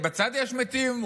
בצד יש מתים,